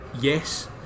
Yes